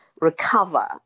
recover